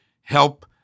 help